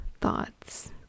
thoughts